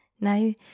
now